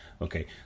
Okay